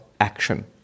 action